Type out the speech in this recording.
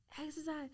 exercise